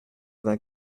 vingt